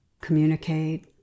communicate